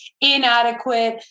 inadequate